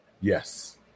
Yes